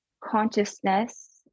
consciousness